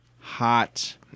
hot